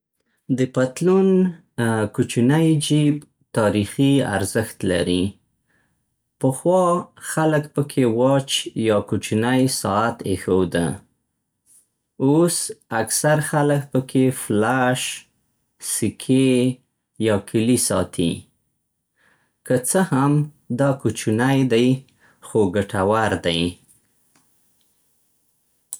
د پتلون کوچنی جیب تاریخي ارزښت لري. پخوا خلک پکې واچ یا کوچنی ساعت اېښوده. اوس اکثر خلک پکې فلش، سکې يا کیلي ساتي. که څه هم دا کوچنی دی، خو ګټور دی.